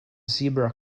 zebra